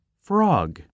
Frog